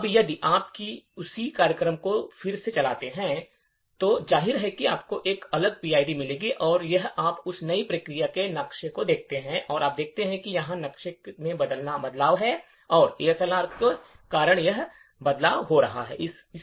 अब यदि आप उसी कार्यक्रम को फिर से चलाते हैं तो जाहिर है कि आपको एक अलग पीआईडी मिलेगी और यदि आप उस नई प्रक्रिया के नक्शे को देखते हैं तो आप देखेंगे कि यह पता नक्शे में बदलाव है और एएसएलआर के कारण यह बदलाव हो रहा है